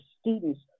students